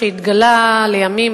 שהתגלה לימים,